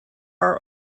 are